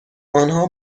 آنها